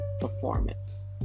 performance